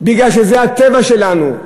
בגלל שזה הטבע שלנו,